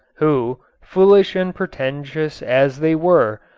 who, foolish and pretentious as they were,